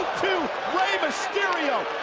to rey mysterio.